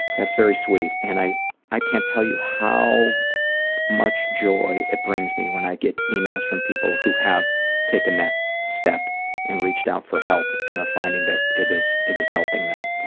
that's very sweet. and i i can't tell you how much joy it brings me when i get emails from people who have taken that step and have reached out for help and are finding that it is it is helping them.